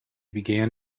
began